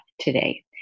today